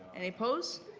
any opposed?